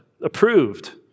approved